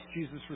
Jesus